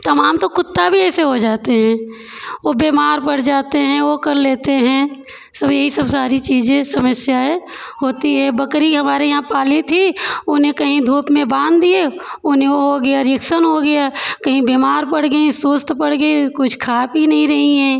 तमाम तो कुत्ता भी ऐसे हो जाते हैं ओ बीमार पड़ जाते हैं वो कर लेते हैं सब यही सब सारी चीज़ें समस्याएँ होती हैं बकरी हमारे यहाँ पाली थी उन्हें कहीं धूप में बाँध दिए उन्हें ओ हो गया रिएक्सन हो गया कहीं बीमार पड़ गईं सुस्त पड़ गई कुछ खा पी नहीं रही हैं